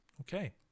okay